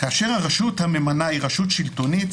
כאשר הרשות הממנה היא רשות שלטונית,